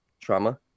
trauma